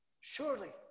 Surely